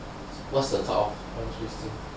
what's the cut off